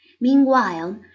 Meanwhile